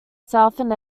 southern